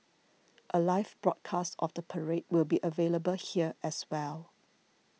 a live broadcast of the parade will be available here as well